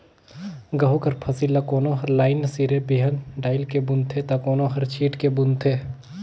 गहूँ कर फसिल ल कोनो हर लाईन सिरे बीहन डाएल के बूनथे ता कोनो हर छींट के बूनथे